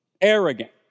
Arrogant